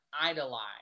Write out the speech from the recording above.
idolize